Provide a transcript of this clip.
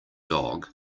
dog